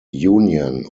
union